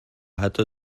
حتی